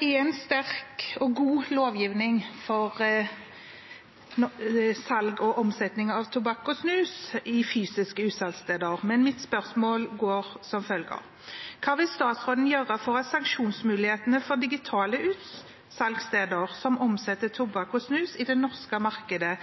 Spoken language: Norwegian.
en sterk og god lovgivning for salg og omsetning av tobakk og snus fra fysiske utsalgssteder, men mitt spørsmål er som følger: «Hva vil statsråden gjøre for at sanksjonsmulighetene for digitale utsalgssteder som omsetter tobakk/snus i